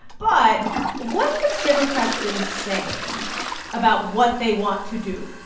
but what have democrats been saying about what they want to do?